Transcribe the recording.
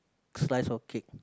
slice of cake